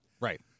Right